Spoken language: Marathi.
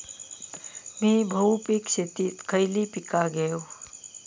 मी बहुपिक शेतीत खयली पीका घेव?